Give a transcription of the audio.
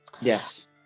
Yes